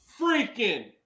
freaking